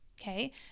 Okay